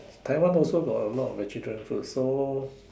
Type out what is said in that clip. Taiwan also got a lot of vegetarian food so